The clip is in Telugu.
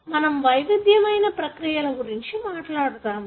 మనము వైవిధ్యమైన ప్రక్రియల గురించి మాట్లాడుతాము